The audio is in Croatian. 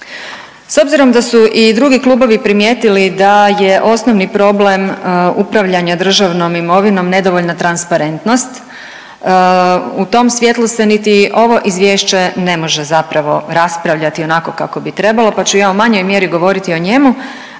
S obzirom da su i drugi klubovi primijetili da je osnovni problem upravljanja državnom imovinom nedovoljna transparentnost, u tom svjetlu se niti ovo izvješće ne može zapravo raspravljati onako kako bi trebalo, pa ću ja u manjoj mjeri govoriti o njemu,